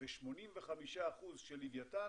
ו-85% של לווייתן